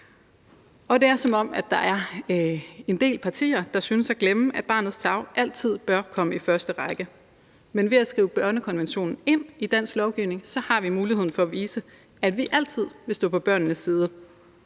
Det er, som om der er en del partier, der synes at glemme, at barnets tarv altid bør komme i første række. Men ved at skrive børnekonventionen ind i dansk lovgivning har vi muligheden for at vise, at vi altid vil stå på børnenes side,